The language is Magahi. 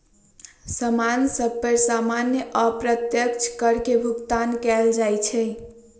समान सभ पर सामान्य अप्रत्यक्ष कर के भुगतान कएल जाइ छइ